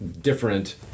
different